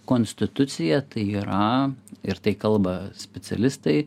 konstitucija tai yra ir tai kalba spicialistai